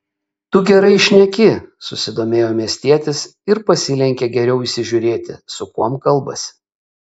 tu gerai šneki susidomėjo miestietis ir pasilenkė geriau įsižiūrėti su kuom kalbasi